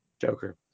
Joker